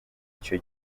icyo